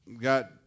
got